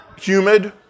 humid